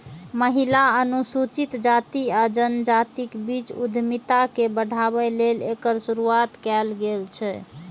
महिला, अनुसूचित जाति आ जनजातिक बीच उद्यमिता के बढ़ाबै लेल एकर शुरुआत कैल गेल छै